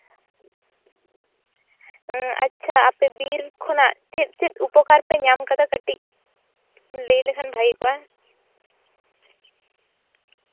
ᱟᱪᱪᱷᱟ ᱟᱯᱮ ᱵᱤᱨ ᱠᱷᱚᱱᱟᱜ ᱪᱮᱫ ᱩᱯᱚᱠᱟᱨ ᱯᱮ ᱧᱟᱢ ᱠᱟᱫᱟ ᱠᱟᱹᱴᱤᱡ ᱞᱟᱹᱭ ᱞᱮᱠᱷᱟᱱ ᱵᱷᱟᱹᱜᱤ ᱠᱚᱜᱼᱟ